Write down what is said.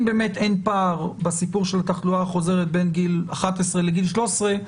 אם באמת אין פער בסיפור של התחלואה החוזרת בין גיל 11 לגיל 13,